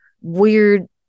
weird